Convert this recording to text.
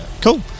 Cool